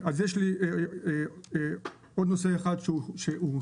יש לי עוד נושא אחד שהוא חשוב.